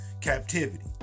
captivity